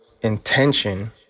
intention